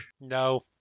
No